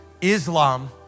Islam